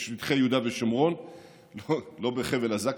שטחי יהודה ושומרון ולא בחבל עזה,